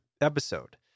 episode